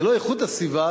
זה לא איכות הסביבה,